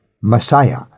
Messiah